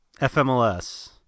FMLS